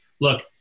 Look